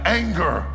anger